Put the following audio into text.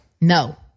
No